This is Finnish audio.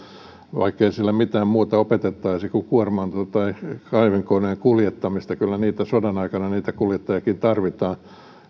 vaikkei siellä mitään muuta opetettaisi kuin kuorma auton tai kaivinkoneen kuljettamista kyllä sodan aikana niitä kuljettajiakin tarvitaan